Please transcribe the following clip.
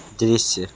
दृश्य